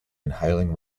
inhaling